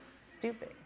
Stupid